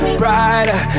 brighter